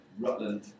Rutland